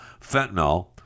fentanyl